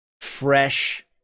fresh